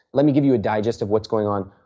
let me give you a digest of what is going on.